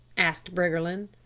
asked briggerland.